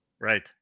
right